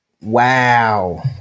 Wow